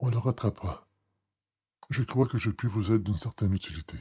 on le rattrapera je crois que je puis vous être d'une certaine utilité